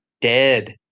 dead